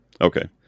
okay